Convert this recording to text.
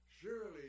surely